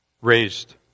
raised